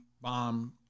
bomb